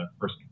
first